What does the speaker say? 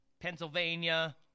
Pennsylvania